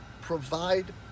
provide